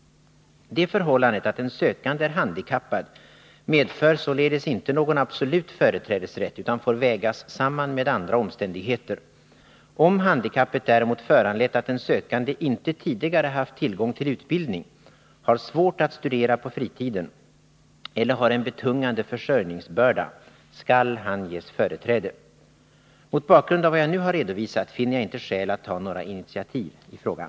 Det förhållandet att en sökande är handikappad medför således inte någon absolut företrädesrätt utan får vägas samman med andra omständigheter. Om handikappet däremot föranlett att den sökande inte tidigare haft tillgång till utbildning, har svårt att studera på fritiden eller har en betungande försörjningsbörda, skall han ges företräde. Mot bakgrund av vad jag nu har redovisat finner jag inte skäl att ta några initiativ i frågan.